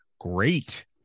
great